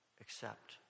accept